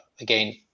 again